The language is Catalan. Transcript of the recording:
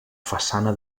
façana